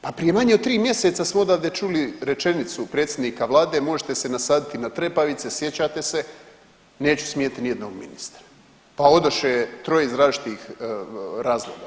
Pa prije manje od 3 mjeseca smo odavde čuli rečenicu predsjednika vlade, možete se nasaditi na trepavice, sjećate se, neću smijeniti ni jednog ministra, pa odoše troje iz različitih razloga.